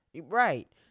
Right